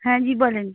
হ্যাঁ জি বলেন